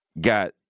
got